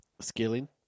Scaling